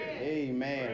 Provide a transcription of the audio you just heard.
Amen